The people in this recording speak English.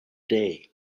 day